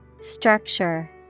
Structure